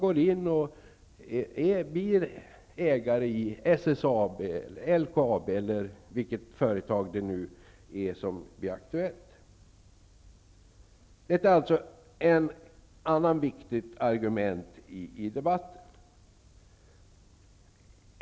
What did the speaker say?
De blir ägare i SSAB eller LKAB osv. Det här är ett annat viktigt argument i debatten.